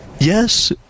Yes